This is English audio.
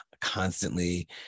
constantly